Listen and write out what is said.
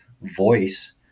voice